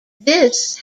this